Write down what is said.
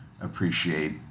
appreciate